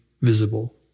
visible